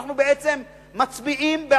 בעצם אנחנו מצביעים,